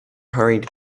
hurried